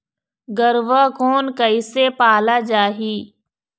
गरवा कोन कइसे पाला जाही?